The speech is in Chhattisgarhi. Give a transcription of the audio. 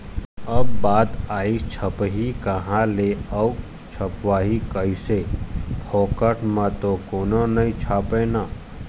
अब बात आइस छपही काँहा ले अऊ छपवाहूँ कइसे, फोकट म तो कोनो नइ छापय ना